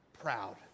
proud